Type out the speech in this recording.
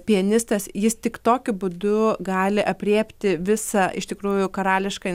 pianistas jis tik tokiu būdu gali aprėpti visą iš tikrųjų karališką